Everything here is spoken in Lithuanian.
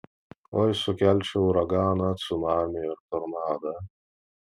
oi sukelčiau uraganą cunamį ir tornadą